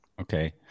Okay